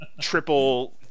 triple